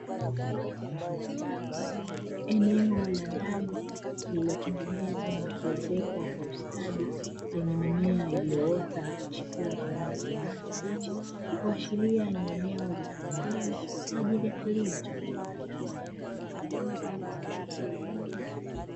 Eneo la ndani lililotengenezwa na kuezekwa kwa ustadi, lenye mimea iliyoota na kuchipua kwa rangi ya kijani kibichi, kuashiria ni eneo litumikalo kwa ajili ya kilimo cha viwanda.